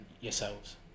yourselves